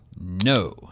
No